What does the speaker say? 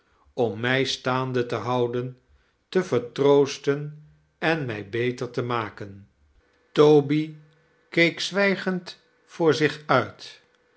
om mij staande te houden te vertroosten en mij beter te maken toby keek zwijgend voor zich uit